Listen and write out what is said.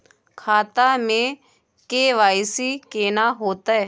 खाता में के.वाई.सी केना होतै?